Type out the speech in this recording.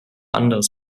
anderes